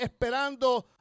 esperando